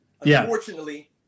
Unfortunately